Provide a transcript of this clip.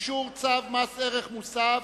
אישור צו מס ערך מוסף